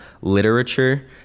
literature